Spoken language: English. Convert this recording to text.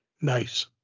Nice